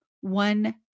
one